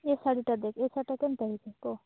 ଏ ଶାଢ଼ୀଟା ଦେଖ୍ ଏ ଶାଢ଼ୀଟା କେମ୍ତା ହେଇଛି କହ